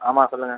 ஆமாம் சொல்லுங்க